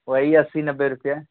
वही अस्सी नब्बे रुपये